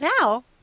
now